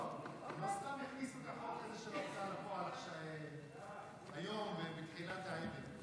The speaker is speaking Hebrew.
לא סתם הכניסו את החוק הזה של ההוצאה לפועל היום בתחילת הערב.